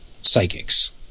psychics